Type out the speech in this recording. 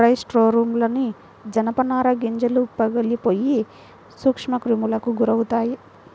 dry స్టోర్రూమ్లోని జనపనార గింజలు పగిలిపోయి సూక్ష్మక్రిములకు గురవుతాయి